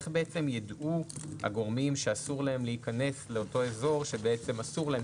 איך בעצם ידעו הגורמים שאסור להם להיכנס לאותו אזור שבעצם אסור להם?